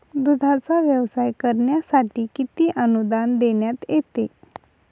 दूधाचा व्यवसाय करण्यासाठी किती अनुदान देण्यात येते?